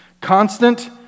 Constant